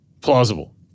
Plausible